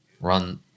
run